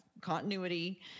continuity